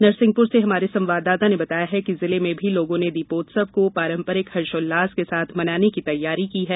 नरसिंहपुर से हमारे संवाददाता ने बताया है कि जिले में भी लोगों ने दीपोत्सव को पारम्परिक हर्षोल्लास के साथ मनाने की तैयारी की है